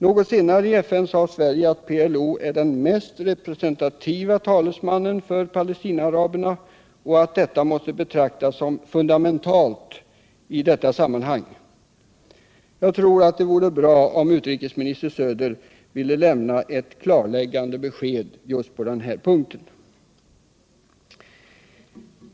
Något senare i FN sade Sverige att PLO är den mest representative talesmannen för Palestinaaraberna och att det måste betraktas som fundamentalt i detta sammanhang. Det vore bra om utrikesminister Söder ville lämna ett klarläggande besked just på den här punkten.